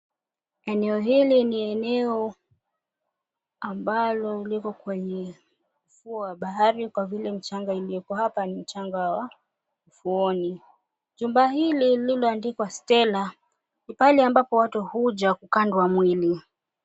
Eneo hili ni eneo ambayo liko kwenye ufuo wa bahari kwa vile mchanga ulioko hapa ni mchanga wa ufuoni. Jumba hili limeandikwa Stella, ni pahali ambapo watu huja kukandwa mwili.